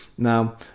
Now